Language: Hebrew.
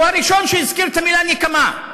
והוא הראשון שהזכיר את המילה "נקמה":